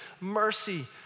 mercy